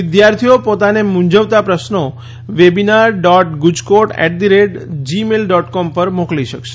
વિદ્યાર્થીઓ પોતાને મુંઝવતા પ્રશ્નો webinar dot Gujcost at the rate gmail dot com ઉપર મોકલી શકશે